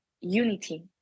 unity